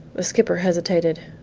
the skipper hesitated.